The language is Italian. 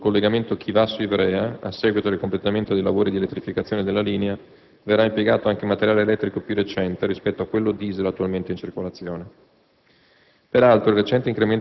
Inoltre, sul collegamento Chivasso-Ivrea, a seguito del completamento dei lavori di elettrificazione della linea, verrà impiegato anche materiale elettrico più recente rispetto a quello *diesel* attualmente in circolazione.